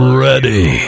ready